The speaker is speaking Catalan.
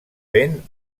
vent